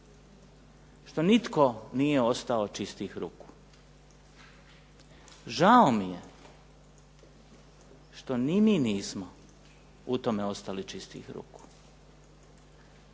što nitko nije ostao čistih ruku. Žao mi je što ni mi nismo u tome ostali čistih ruku.